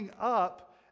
up